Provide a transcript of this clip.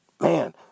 man